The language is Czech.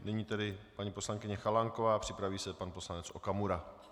Nyní tedy paní poslankyně Chalánková, připraví se pan poslanec Okamura.